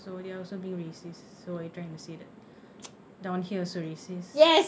so they are also being racist so are you trying to say that down here also racist